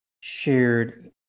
shared